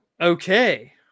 Okay